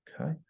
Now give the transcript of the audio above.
Okay